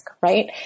right